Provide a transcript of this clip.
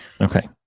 Okay